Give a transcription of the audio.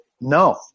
no